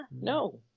No